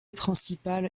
principale